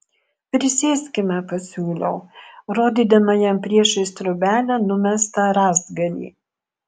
prisėskime pasiūliau rodydama jam priešais trobelę numestą rąstgalį